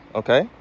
okay